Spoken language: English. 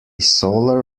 solar